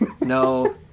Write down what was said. No